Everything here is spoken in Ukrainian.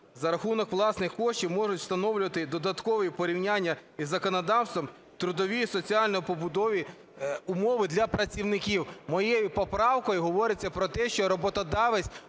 за рахунок власних коштів можуть встановлювати додаткові в порівнянні із законодавством трудові соціально-побутові умови для працівників. Моєю поправкою говориться про те, що роботодавець